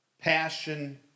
passion